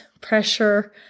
pressure